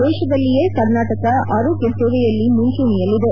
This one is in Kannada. ದೇತದಲ್ಲಿಯೇ ಕರ್ನಾಟಕ ಆರೋಗ್ಯ ಸೇವೆಯಲ್ಲಿ ಮುಂಚೂಣಿಯಲ್ಲಿದೆ